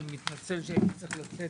אני מתנצל שהייתי צריך לצאת,